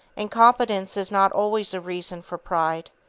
incompetence is not always a reason for pride.